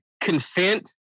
consent